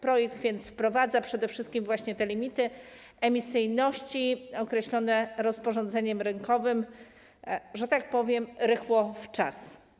Projekt więc wprowadza przede wszystkim właśnie te limity emisyjności określone rozporządzeniem rynkowym, że tak powiem, rychło w czas.